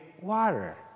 water